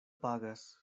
pagas